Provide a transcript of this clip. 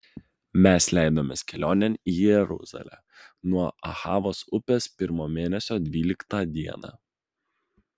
mes leidomės kelionėn į jeruzalę nuo ahavos upės pirmo mėnesio dvyliktą dieną